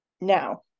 Now